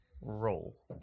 roll